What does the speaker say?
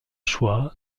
choix